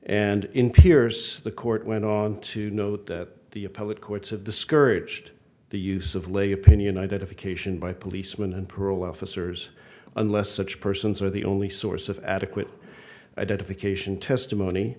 and in pierce the court went on to note that the appellate courts have discouraged the use of lay opinion identification by policemen and parole officers unless such persons are the only source of adequate identification testimony